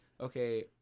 Okay